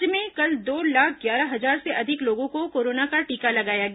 राज्य में कल दो लाख ग्यारह हजार से अधिक लोगों को कोरोना का टीका लगाया गया